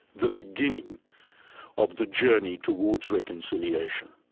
the beginning of the journey towards reconciliation.